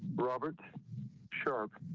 robert sharp